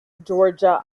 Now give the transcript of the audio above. georgia